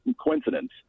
coincidence